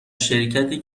شرکتی